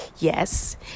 Yes